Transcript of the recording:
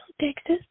texas